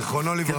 זיכרונו לברכה.